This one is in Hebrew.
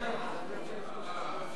הצעת סיעות העבודה מרצ